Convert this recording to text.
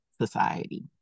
society